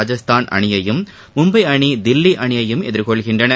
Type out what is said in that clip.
ராஜஸ்தான் அணியயும் மும்பப அணி தில்லி அணியையும் எதிர்கொள்கின்றன